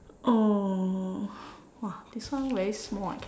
oh !wah! this one very small I cannot